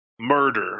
murder